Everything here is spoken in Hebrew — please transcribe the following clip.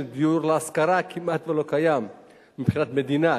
"דיור להשכרה" כמעט לא קיים מבחינת המדינה,